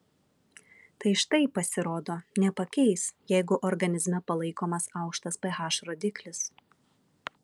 tai štai pasirodo nepakeis jeigu organizme palaikomas aukštas ph rodiklis